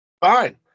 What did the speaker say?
Fine